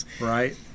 Right